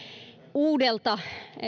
uudelta